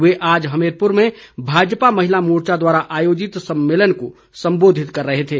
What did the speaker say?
वे आज हमीरपुर में भाजपा महिला मोर्चा द्वारा आयोजित सम्मेलन को सम्बोधित कर रहे थे